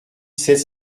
sept